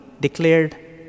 declared